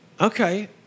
Okay